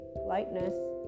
lightness